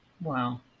Wow